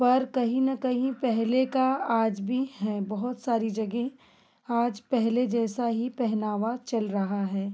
पर कहीं न कहीं पहले का आज भी है बहुत सारी जगह आज पहले जैसा ही पहनावा चल रहा है